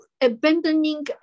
abandoning